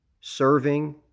serving